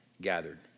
gathered